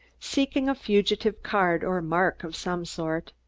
seeking a fugitive card or mark of some sort.